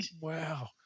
wow